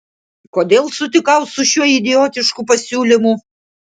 kodėl sutikau su šiuo idiotišku pasiūlymu